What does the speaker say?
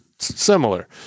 similar